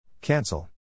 Cancel